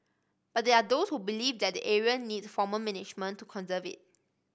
but there are those who believe that the area needs formal management to conserve it